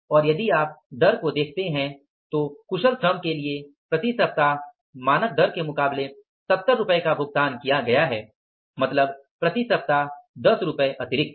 और यदि आप दर को देखते हैं तो कुशल श्रम के लिए प्रति सप्ताह मानक दर के मुकाबले 70 रुपये का भुगतान किया है मतलब प्रति सप्ताह 10 रुपये अतिरिक्त